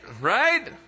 right